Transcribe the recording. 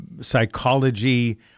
psychology